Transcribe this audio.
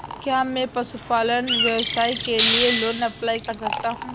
क्या मैं पशुपालन व्यवसाय के लिए लोंन अप्लाई कर सकता हूं?